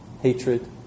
hatred